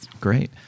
Great